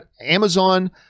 amazon